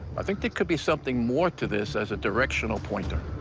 i think there could be something more to this as a directional pointer.